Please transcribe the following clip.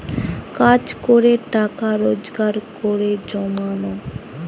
কাজ করে টাকা রোজগার করে জমানো